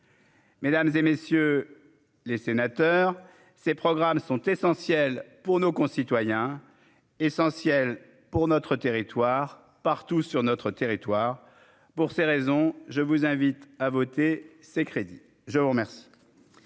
Mesdames et messieurs les sénateurs, ces programmes sont essentiels pour nos concitoyens, pour notre territoire partout sur notre territoire pour ces raisons, je vous invite à voter ces crédits, je vous remercie.